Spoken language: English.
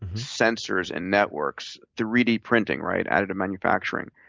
sensors and networks, three d printing, right, added to manufacturing.